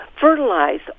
fertilize